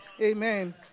Amen